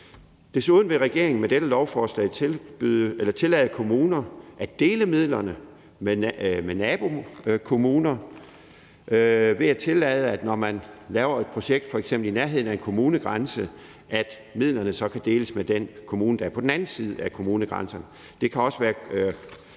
Desuden vil regeringen med dette lovforslag tillade kommuner at dele midlerne med nabokommuner ved at tillade, at midlerne, når man laver et projekt f.eks. i nærheden af en kommunegrænse, så kan deles med den kommune, der er på den anden side af kommunegrænsen.